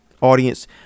audience